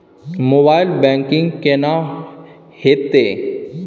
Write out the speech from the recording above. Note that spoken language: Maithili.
मोबाइल बैंकिंग केना हेते?